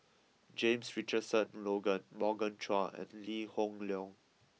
James Richardson Logan Morgan Chua and Lee Hoon Leong